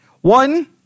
One